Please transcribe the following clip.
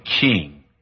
king